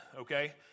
okay